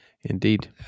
Indeed